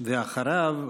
אחריו,